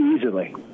easily